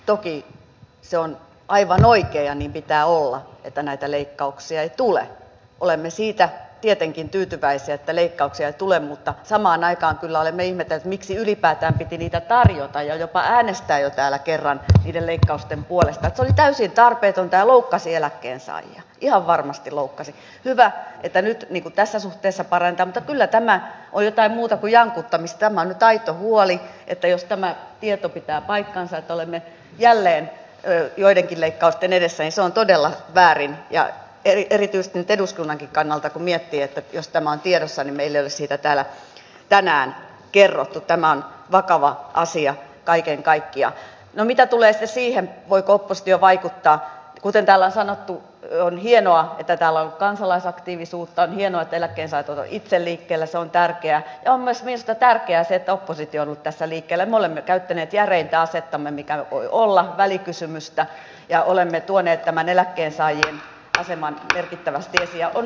toki se on aivan oikein pitää olla että näitä leikkauksia ei tule olemme siitä tietenkin tyytyväisiä että leikkauksia tule mutta samaan aikaan kyllä oli meiltä miksi ylipäätään piti niitä tarjota ja jopa äänestäjiltä älä kerro niiden leikkausten puolesta tai täysin tarpeetonta loukkasi eläkkeensaajia ihan marin olkaa hyvä että nyt tässä suhteessa parantanut kyllä tämä oli jotain muuta kujan omistaman tai huoli että jos tämä tieto pitää paikkansa ja toimi jälleen joidenkin leikkausten edessä ison todella väärin ja eri yritysten eduskunnankin kannalta kun miettii että tästä maantiedossa meille sitä täällä tänään kerrottu tämä on vakava asia kaiken kaikkiaan no mitä tulee siihen voiko oppositio vaikuttaa kuten täällä sanottu yö on hienoa että täällä on kansalaisaktiivisuutta hienot eläkesaatava kiitteli celesta on tärkeä ja maisemista tärkeää se että oppositio tässä liikkeellä olemme käyttäneet järeintä asettamme mikä voi olla välikysymystä ja olemme tuoneet tämän eläkkeensaajien aseman merkittävästi ja on